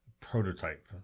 prototype